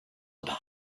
about